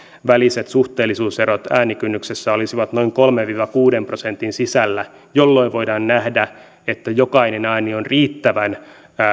väliset suhteellisuuserot äänikynnyksessä olisivat noin kolmen viiva kuuden prosentin sisällä jolloin voidaan nähdä että jokainen ääni on riittävän